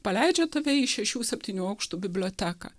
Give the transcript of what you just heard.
paleidžia tave į šešių septynių aukštų biblioteką